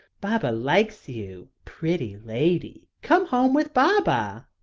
baba likes you pretty lady come home with baba!